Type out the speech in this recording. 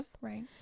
right